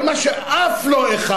אבל מה שאף לא אחד,